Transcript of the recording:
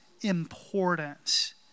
importance